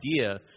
idea